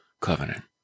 covenant